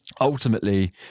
Ultimately